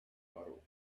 furrow